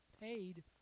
paid